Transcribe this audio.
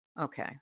Okay